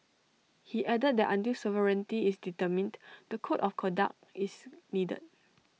he added that until sovereignty is determined the code of conduct is needed